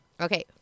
Okay